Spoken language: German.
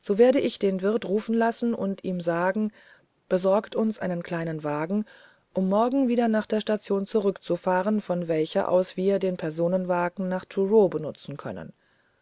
so werde ich den wirt rufen lassen und zu ihm sagen besorgt uns einen kleinen wagen um morgen wieder nach der station zurückzufahren von welcher aus wir den personenwagen nach truro benutzen können